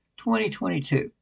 2022